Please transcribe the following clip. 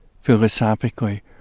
philosophically